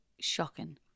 shocking